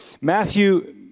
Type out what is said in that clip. Matthew